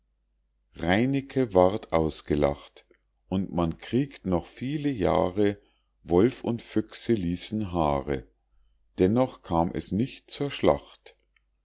reinecke ward ausgelacht und man kriegt noch viele jahre wolf und füchse ließen haare dennoch kam es nicht zur schlacht